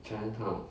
全套